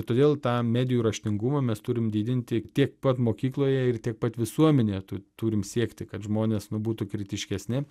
todėl tą medijų raštingumą mes turim didinti tiek pat mokykloje ir tiek pat visuomenėje tu turim siekti kad žmonės nu būtų kritiškesni